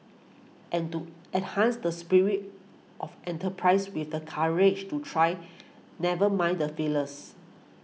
and to enhance the spirit of enterprise with the courage to try never mind the failures